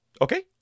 Okay